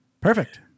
Perfect